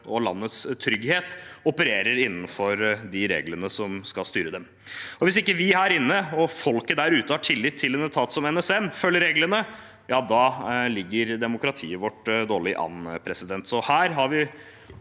og landets trygghet, opererer innenfor de reglene som skal styre dem. Hvis ikke vi her inne og folket der ute har tillit til at en etat som NSM følger reglene, da ligger demokratiet vårt dårlig an. Så her har vi